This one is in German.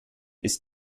ist